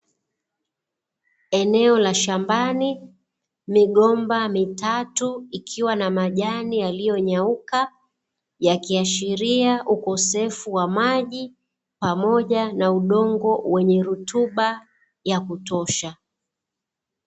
Eneo la shambani, migomba mitatu ikiwa na majani yaliyonyauka, yakiashiria ukosefu wa maji, pamoja na udongo wenye rutuba ya kutosha.